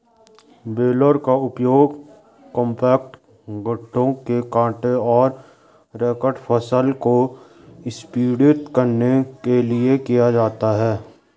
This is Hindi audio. बेलर का उपयोग कॉम्पैक्ट गांठों में कटे और रेक्ड फसल को संपीड़ित करने के लिए किया जाता है